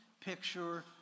picture